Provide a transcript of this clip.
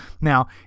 Now